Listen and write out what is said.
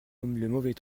mauvais